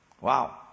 Wow